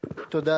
תודה.